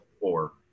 four